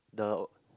the